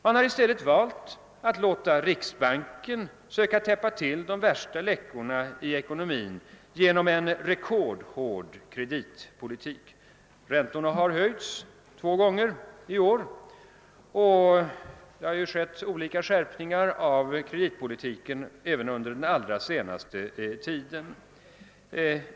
Man har valt att låta riksbanken söka täppa till de värsta läckorna i ekonomin genom en rekordhård kreditpolitik. Räntorna har höjts två gånger i år, och kreditpolitiken har skärpts på olika sätt även under den allra senaste tiden.